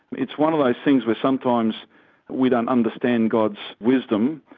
it's one of those things where sometimes we don't understand god's wisdom,